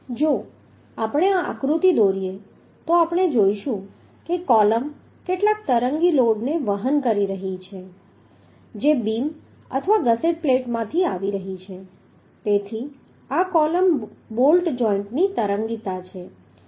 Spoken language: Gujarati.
જો આપણે આ આકૃતિ દોરીએ તો આપણે જોઈશું કે કૉલમ કેટલાક તરંગી લોડને વહન કરી રહી છે જે બીમ અથવા ગસેટ પ્લેટમાંથી આવી રહી છે તેથી આ કૉલમ બોલ્ટ જોઈન્ટની તરંગીતા છે